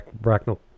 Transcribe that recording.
Bracknell